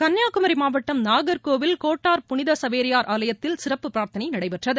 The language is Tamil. கன்னியாகுமரி மாவட்டம் நாகர்கோவில் கோட்டார் புனித சவேரியார் ஆலயத்தில் சிறப்பு பிரார்த்தனை நடைபெற்றது